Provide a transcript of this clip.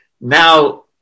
now